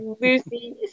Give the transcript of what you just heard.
Lucy